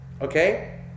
Okay